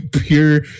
pure